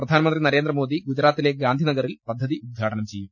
പ്രധാനമന്ത്രി ന്റരേന്ദ്രമോദി ഗുജറാത്തിലെ ഗാന്ധിനഗറിൽ പദ്ധതി ഉദ്ഘാടനം ചെയ്യും